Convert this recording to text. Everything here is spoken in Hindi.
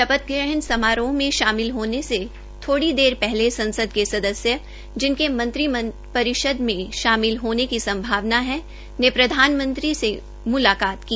शपथ ग्रहण समारोह में शामिल होने से थोड़ी देर पहले सांसद सदस्य जिनके मंत्रिपरिषद के शामिल होने की संभावना है ने प्रधानमंत्री से उनके आवास पर म्लाकात की